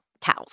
cows